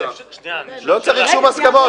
לא צריך שום הסכמות.